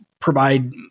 provide